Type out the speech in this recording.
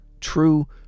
True